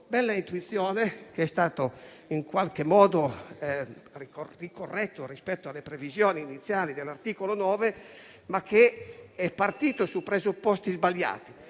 bella intuizione, in qualche modo corretta rispetto alle previsioni iniziali dell'articolo 9, ma è partita su presupposti sbagliati.